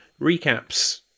recaps